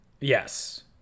Yes